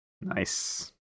Nice